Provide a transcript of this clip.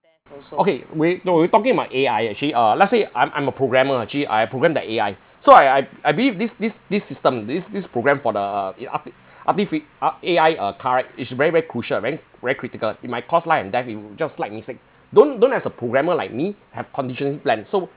okay we're no we're talking about A_I actually uh let's say I'm I'm a programmer actually I programmed that A_I so I I I believe this this this system this this programme for the you know arti~ artifi~ ar~ A_I uh car right which is very very crucial very very critical it might cause life and death in just slight mistake don't don't as a programmer like me have contingency plan so